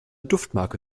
duftmarke